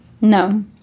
No